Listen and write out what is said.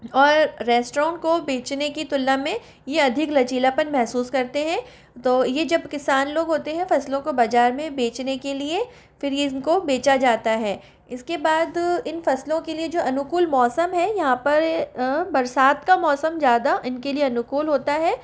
और रेस्टोरेंट को बेचने की तुलना में ये अधिक लचीलापन महसूस करते हैं तो ये जब किसान लोग होते हैं फसलों को बाजार में बेचने के लिए फिर ये इनको बेचा जाता है इसके बाद इन फसलों के लिए जो अनुकूल मौसम है यहाँ पर बरसात का मौसम ज़्यादा इनके लिए अनुकूल होता है